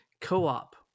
co-op